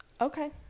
okay